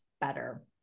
better